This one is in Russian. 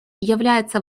является